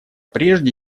прежде